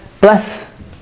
bless